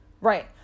right